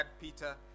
Peter